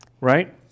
Right